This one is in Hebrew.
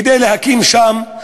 כדי להקים שם,